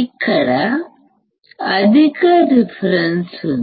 ఇక్కడ అధిక రిఫరెన్స్ ఉంది